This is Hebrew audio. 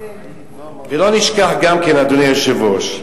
ולא נשכח גם כן, אדוני היושב-ראש,